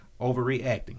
overreacting